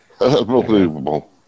Unbelievable